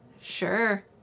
sure